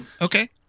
Okay